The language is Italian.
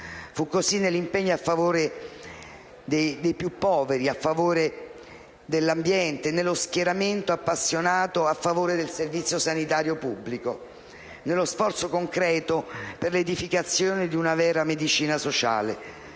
Fu così nell'impegno a favore dei più poveri, a favore dell'ambiente, nello schieramento appassionato a favore del Servizio sanitario pubblico, nello sforzo concreto per l'edificazione di una vera medicina sociale.